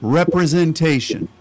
representation